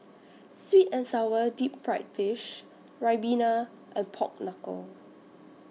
Sweet and Sour Deep Fried Fish Ribena and Pork Knuckle